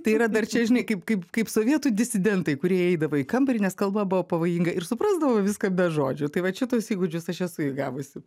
tai yra dar čia žinai kaip kaip sovietų disidentai kurie įeidavo į kambarį nes kalba buvo pavojinga ir suprasdavo viską be žodžių tai vat šituos įgūdžius aš esu įgavusi